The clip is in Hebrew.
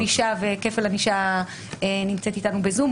לכפל ענישה, נמצאת איתנו ב-זום.